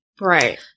Right